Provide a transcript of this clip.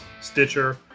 Stitcher